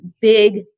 big